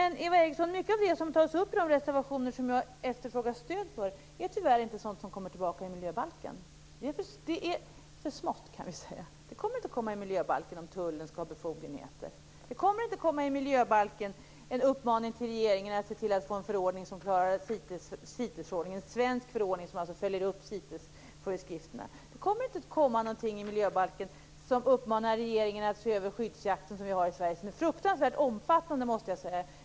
Mycket av det som tas upp i den reservation som jag efterfrågar stöd för är sådant som tyvärr inte kommer att tas upp i miljöbalken. Det är för smått. Det kommer inte att föreslås i miljöbalken att Tullen skall ha befogenheter. Det kommer inte att finnas i miljöbalken en uppmaning till regeringen att se till att vi får en svensk förordning som följer upp CITES föreskrifterna. Det kommer inte i miljöbalken någon uppmaning till regeringen att se över skyddsjakten i Sverige som är fruktansvärt omfattande.